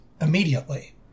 Immediately